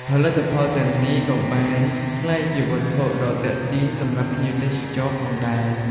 ផលិតផលទាំងនេះក៏បានក្លាយជាវត្ថុដ៏ទាក់ទាញសម្រាប់ភ្ញៀវទេសចរផងដែរ។